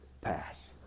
pass